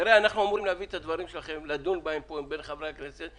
אנחנו אמורים לדון על הדברים שלכם עם חברי הכנסת,